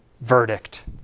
verdict